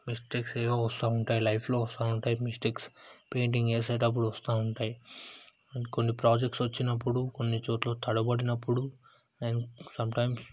mistakes ఏవో వస్తూ ఉంటాయి లైఫ్లో వస్తూ ఉంటాయి మిస్టేక్స్ పెయింటింగ్ వేసేటప్పుడు వస్తూ ఉంటాయి అండ్ కొన్ని ప్రాజెక్ట్స్ వచ్చినప్పుడు కొన్ని చోట్ల తడబడినప్పుడు అండ్ సంటైమ్స్